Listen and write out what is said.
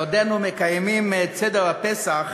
בעודנו מקיימים את סדר פסח,